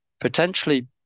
Potentially